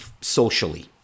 socially